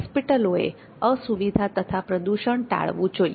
હોસ્પિટલોએ અસુવિધા તથા પ્રદૂષણ ટાળવું જોઈએ